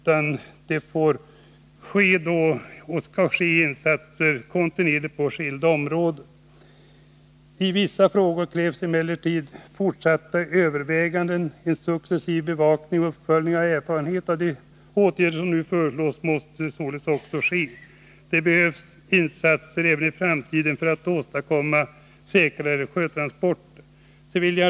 Insatser får göras kontinuerligt på skilda områden. Vissa frågor kräver emellertid fortsatta överväganden. En successiv bevakning och uppföljning av effekterna av de åtgärder som nu föreslås måste också ske. Det behövs således insatser även i framtiden för att åstadkomma säkrare sjötransporter.